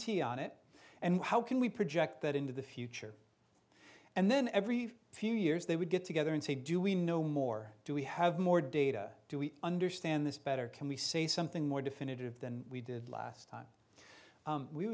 certainty on it and how can we project that into the future and then every few years they would get together and say do we know more do we have more data do we understand this better can we say something more definitive than we did last time